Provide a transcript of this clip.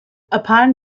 upon